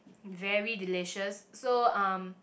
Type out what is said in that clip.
very delicious so um